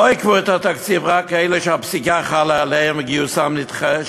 לא עיכבו את התקציב רק לאלה שהפסיקה חלה עליהם וגיוסם נדחה,